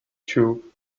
two